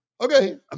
okay